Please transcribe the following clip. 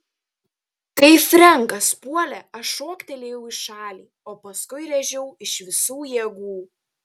kai frenkas puolė aš šoktelėjau į šalį o paskui rėžiau iš visų jėgų